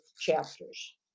chapters